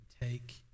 take